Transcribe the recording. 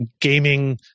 gaming